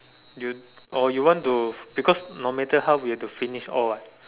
you or you want to because no matter how we have to finish all what